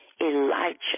Elijah